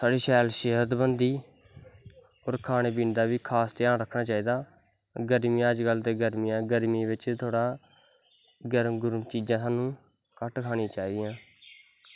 साढ़ी शैल सेह्त बनदी और खानें पानें दा बी खास ध्यान रक्खनां चाही दा गर्मियां अज्ज कल ते गर्मियां न गर्मियैं च थोह्ड़ा गर्म गुर्म चीजां साह्नू घट्ट खानियां चाही दियीं